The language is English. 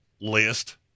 list